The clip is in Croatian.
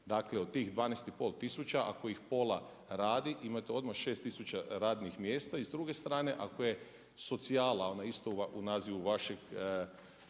dakle od tih 12 i pol tisuća ako ih pola radi imate odmah 6000 radnih mjesta. I s druge strane ako je socijala ona je isto u nazivu vašeg